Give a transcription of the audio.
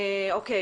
אני